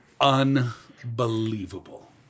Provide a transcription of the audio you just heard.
unbelievable